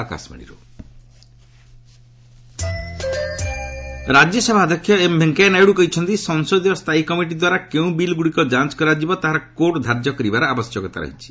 RS Naidu letter Rajya Sabha ଅଧ୍ୟକ୍ଷ M Venkaiah Naidu କହିଛନ୍ତି ସଂସଦୀୟ ସ୍ଥାୟୀ କମିଟି ଦ୍ୱାରା କେଉଁ ବିଲ୍ଗୁଡ଼ିକ ଯାଞ୍ଚ୍ କରାଯିବ ତାହାର କୋର୍ଡ୍ ଧାର୍ଯ୍ୟ କରିବାର ଆବଶ୍ୟକତା ରହିଛି